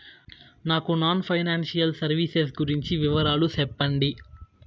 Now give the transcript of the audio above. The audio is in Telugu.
నాకు నాన్ ఫైనాన్సియల్ సర్వీసెస్ గురించి వివరాలు సెప్పండి?